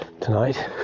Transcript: tonight